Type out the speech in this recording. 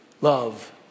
love